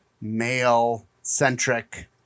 male-centric